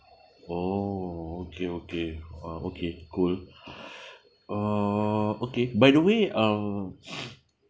oh okay okay uh okay cool uh okay by the way uh